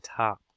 top